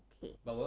okay